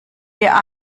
wir